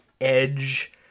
edge